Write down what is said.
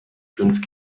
fünf